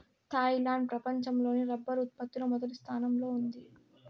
Thailand ప్రపంచం లోనే rubber ఉత్పత్తి లో మొదటి స్థానంలో ఉంది